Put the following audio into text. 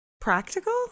practical